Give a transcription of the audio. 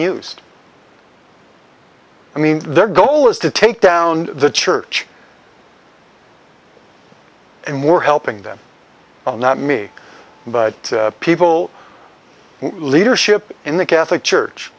used i mean their goal is to take down the church and we're helping them not me but people leadership in the catholic church